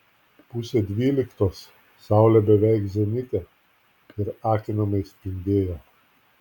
pusė dvyliktos saulė beveik zenite ir akinamai spindėjo